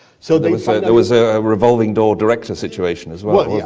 so there was so there was a revolving-door director situation as well, yeah